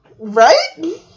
right